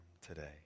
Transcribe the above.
today